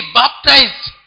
baptized